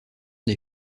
des